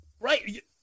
Right